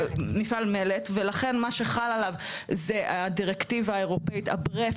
מפעל מלט ולכן מה שחל עליו זה הדירקטיבה האירופאית הברף